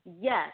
Yes